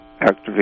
activate